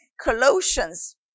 Colossians